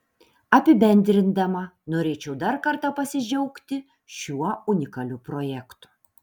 apibendrindama norėčiau dar kartą pasidžiaugti šiuo unikaliu projektu